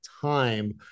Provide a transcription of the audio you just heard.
time